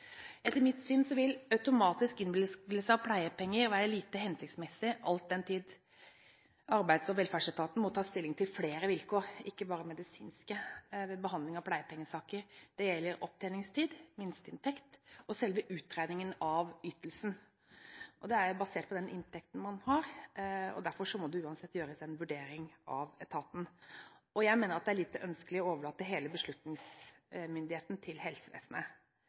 Etter mitt syn vil automatisk innvilgelse av pleiepenger være lite hensiktsmessig, all den tid Arbeids- og velferdsetaten må ta stilling til flere vilkår – ikke bare medisinske – ved behandling av pleiepengesaker. Det gjelder opptjeningstid, minsteinntekt og selve utregningen av ytelsen. Det er basert på den inntekten man har. Derfor må etaten uansett gjøre en vurdering. Jeg mener det er lite ønskelig å overlate hele beslutningsmyndigheten til helsevesenet.